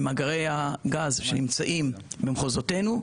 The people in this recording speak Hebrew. ממאגרי הגז שנמצאים במחוזותינו,